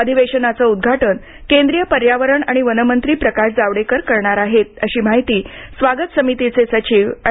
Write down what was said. अधिवेशनाचं उद्घाटन केंद्रीय पर्यावरण आणि वन मंत्री प्रकाश जावडेकर करणार आहेत अशी माहिती स्वागत समितीचे सचिव अँड